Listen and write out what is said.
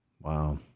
Wow